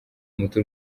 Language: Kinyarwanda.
umuti